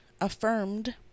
affirmed